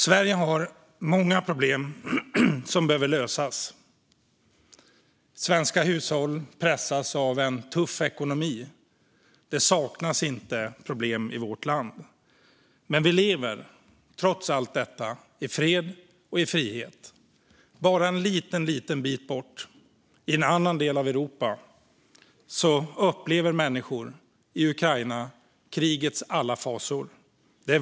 Sverige har många problem som behöver lösas. Svenska hushåll pressas av en tuff ekonomi. Det saknas inte problem i vårt land. Men vi lever trots allt detta i fred och frihet. Bara en liten bit bort, i en annan del av Europa, upplever människor i Ukraina krigets alla fasor.